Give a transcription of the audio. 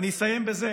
אסיים בזה: